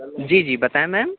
جی جی بتائیں میم